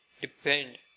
depend